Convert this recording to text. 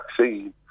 vaccine